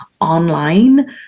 online